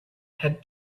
had